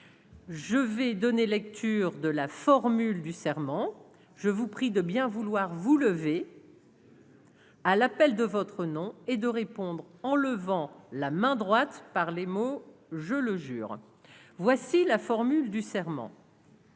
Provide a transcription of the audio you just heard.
je vais donner lecture de la formule du serment, je vous prie de bien vouloir vous lever. à l'appel de votre nom et de répondre, en levant la main droite par les mots, je le jure, voici la formule du serment.